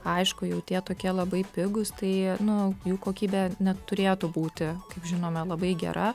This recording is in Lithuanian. aišku jau tie tokie labai pigūs tai nu jų kokybė neturėtų būti kaip žinome labai gera